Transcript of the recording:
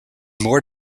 more